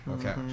Okay